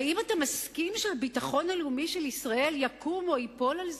האם אתה מסכים שהביטחון הלאומי של ישראל יקום או ייפול על זה?